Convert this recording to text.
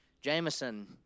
Jameson